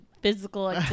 physical